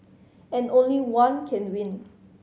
and only one can win